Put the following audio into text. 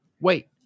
wait